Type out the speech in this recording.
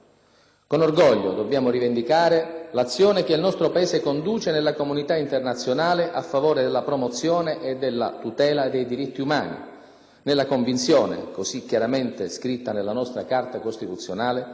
Con orgoglio dobbiamo rivendicare l'azione che il nostro Paese conduce nella comunità internazionale a favore della promozione e della tutela dei diritti umani, nella convinzione, così chiaramente scritta nella nostra Carta costituzionale,